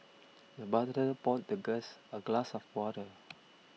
the butler poured the guest a glass of water